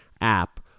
app